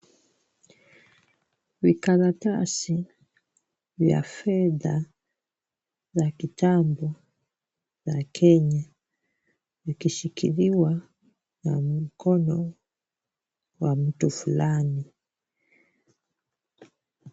Vikaratasi vya fedha la kitambo ya Kenya likishikiliwa na mkono wa mtu fulani.